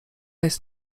jest